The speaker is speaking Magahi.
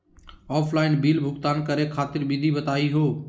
ऑफलाइन बिल भुगतान करे खातिर विधि बताही हो?